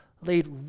laid